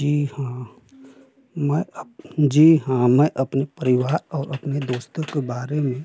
जी हाँ मैं जी हाँ मैं अपने परिवार और अपने दोस्तों के बारे में